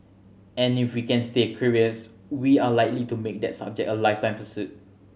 and if we can stay curious we are likely to make that subject a lifetime pursuit